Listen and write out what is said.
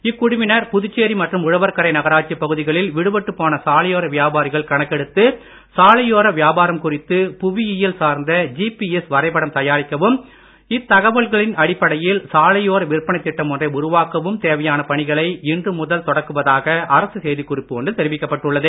இக்குழுவினர் புதுச்சேரி மற்றும் உழவர்கரை நகராட்சி பகுதிகளில் விடுபட்டுப் போன சாலையோர வியாபாரிகளை கணக்கெடுத்து சாலையோர வியாபாரம் குறித்து புவியியல் சார்ந்த ஜிபிஎஸ் வரைபடம் தயாரிக்கவும் இத்தகவல்களின் அடிப்படையில் சாலையோர விற்பனைத் திட்டம் ஒன்றை உருவாக்கவும் தேவையான பணிகளை இன்று முதல் தொடக்குவதாக அரசு செய்தி குறிப்பு ஒன்றில் தெரிவிக்கப்பட்டுள்ளது